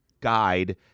guide